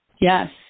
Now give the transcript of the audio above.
yes